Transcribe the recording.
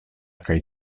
kaj